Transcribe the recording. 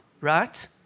right